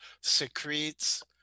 secretes